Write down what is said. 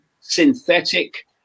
synthetic